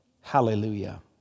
hallelujah